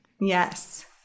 Yes